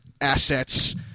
assets